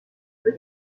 peu